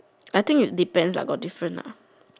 I think it depends lah got different lah